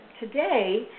today